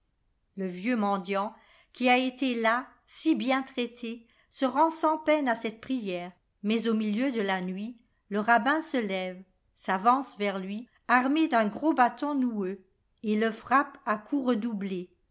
le vieux mendiant qui a été là si bien traité se rend sans peine à cette prière mais au milieu de la nuit le rabbin se lève s'avance vers lui armé d'un gros bâton noueux et le frappe à coups redoublés